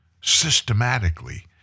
systematically